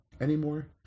anymore